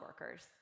workers